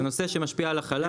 זה נושא שמשפיע על החלב.